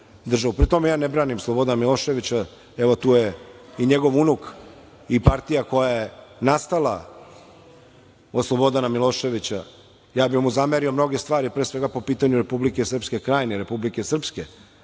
pri tom ja ne branim Slobodana Miloševića, evo tu je i njegov unuk i partija koja je nastala od Slobodana Miloševića, ja bih mu zamerio mnoge stvari, pre svega po pitanju Republike Srpske krajine, Republike Srpske,